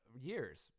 years